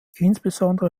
insbesondere